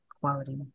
quality